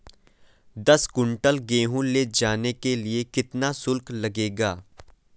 दस कुंटल गेहूँ ले जाने के लिए कितना शुल्क लगेगा?